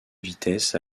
vitesse